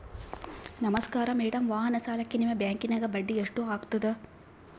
ನಮಸ್ಕಾರ ಮೇಡಂ ವಾಹನ ಸಾಲಕ್ಕೆ ನಿಮ್ಮ ಬ್ಯಾಂಕಿನ್ಯಾಗ ಬಡ್ಡಿ ಎಷ್ಟು ಆಗ್ತದ?